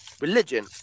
religion